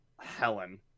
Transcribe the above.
helen